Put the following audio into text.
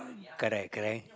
correct correct